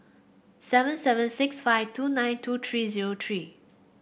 seven seven six five two nine two three zero three